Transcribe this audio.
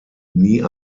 nie